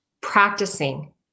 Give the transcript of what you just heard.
practicing